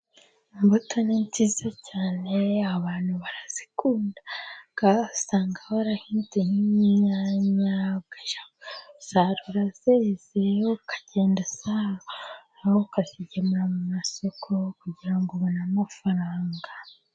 Imbuto ni nziza cyane abantu barazikunda, usanga barahinze nk'inyanya ukajya gusarura zeze ukagenda uzaha ukazigemura mu masoko, kugira ngo ubone amafaranga.